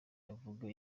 avuga